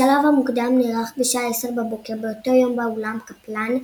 השלב המוקדם נערך בשעה 10 בבוקר באותו יום באולם "קפלן"